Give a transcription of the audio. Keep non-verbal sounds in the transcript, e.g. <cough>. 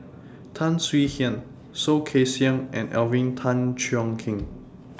Tan Swie Hian Soh Kay Siang and Alvin Tan Cheong Kheng <noise>